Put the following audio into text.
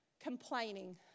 complaining